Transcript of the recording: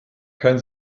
kein